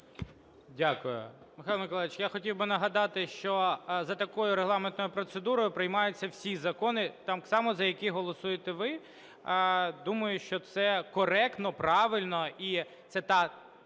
Дякую. Михайле Миколайовичу, я хотів би нагадати, що за такою регламентною процедурою приймаються всі закони так само, за які голосуєте ви. Думаю, що це коректно, правильно і це та